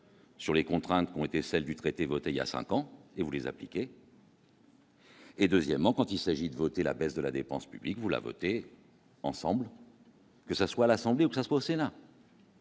Sur les contraintes qu'ont été celle du traité voté il y a 5 ans, et où les appliquer. Et deuxièmement, quand il s'agit de voter la baisse de la dépense publique, vous la voter ensemble. Que ça soit l'Assemblée ou presque au Sénat.